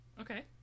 Okay